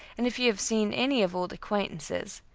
and if you have seen any of old acquaintances,